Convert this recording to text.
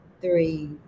three